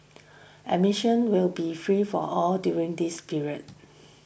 admission will be free for all during this period